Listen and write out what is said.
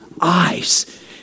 eyes